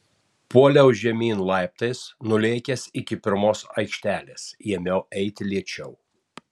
puoliau žemyn laiptais nulėkęs iki pirmos aikštelės ėmiau eiti lėčiau